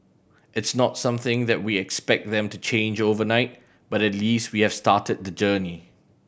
it's not something that we expect them to change overnight but at least we have started the journey